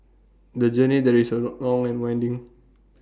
the journey there is A long and winding